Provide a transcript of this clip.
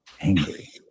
angry